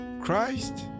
Christ